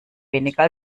weniger